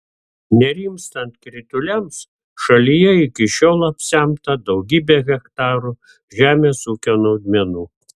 nerimstant krituliams šalyje iki šiol apsemta daugybė hektarų žemės ūkio naudmenų